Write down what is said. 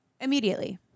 immediately